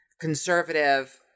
conservative